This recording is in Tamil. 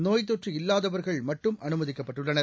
நோய்த் தொற்று இல்லாதவர்கள் மட்டும் அனுமதிக்கப்பட்டுள்ளனர்